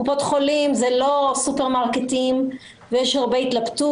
קופות חולים זה לא סופרמרקטים ויש הרבה התלבטות,